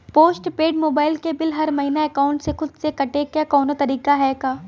Post paid mobile क bill हर महिना एकाउंट से खुद से कटे क कौनो तरीका ह का?